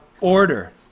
order